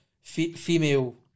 female